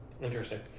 Interesting